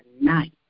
night